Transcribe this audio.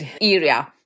area